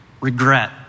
regret